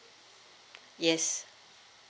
yes